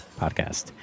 podcast